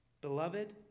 Beloved